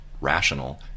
rational